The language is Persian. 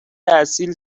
اصیل